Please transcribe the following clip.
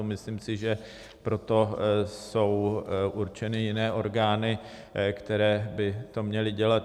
Myslím si, že pro to jsou určené jiné orgány, které by to měly dělat.